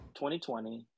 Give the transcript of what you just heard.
2020